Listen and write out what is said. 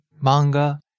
manga